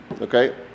Okay